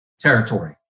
territory